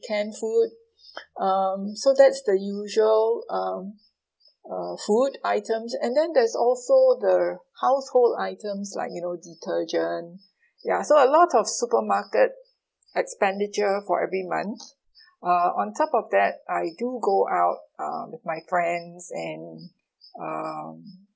canned food um so that's the usual um uh food items and then there's also the household items like you know detergent ya so a lot of supermarket expenditure for every month uh on top of that I do go out um with my friends and um